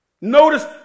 Notice